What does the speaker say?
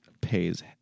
pays